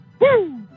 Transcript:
Woo